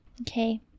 Okay